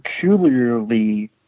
peculiarly